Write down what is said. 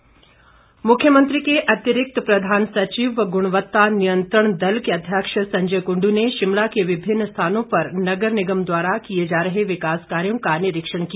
निरीक्षण मुख्यमंत्री के अतिरिक्त प्रधान सचिव व ग्रणवत्ता नियंत्रण दल के अध्यक्ष संजय कुंडू ने शिमला के विभिन्न स्थानों पर नगर निगम द्वारा किए जा रहे विकास कार्यों का निरीक्षण किया